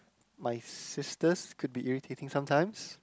my sisters could be irritating sometimes